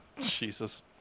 Jesus